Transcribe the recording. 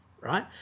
Right